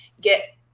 get